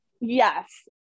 yes